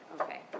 Okay